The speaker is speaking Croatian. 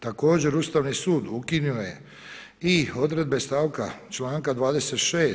Također Ustavni sud ukinuo je i odredbe stavka članka 26.